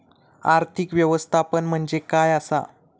आर्थिक व्यवस्थापन म्हणजे काय असा?